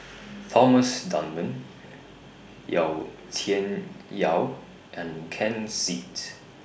Thomas Dunman Yau Tian Yau and Ken Seet